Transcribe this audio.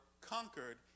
conquered